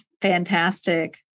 fantastic